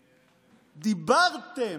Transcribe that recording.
דיברתם,